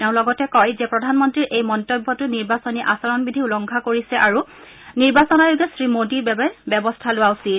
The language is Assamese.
তেওঁ লগতে কয় যে প্ৰধানমন্ত্ৰীৰ এই মন্তব্যতো নিৰ্বাচনী আচৰণবিধি উলংঘা কৰিছে আৰু নিৰ্বাচন আয়োগে শ্ৰীমোদীৰ ব্যৱস্থা লোৱা উচিত